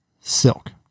Silk